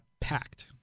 packed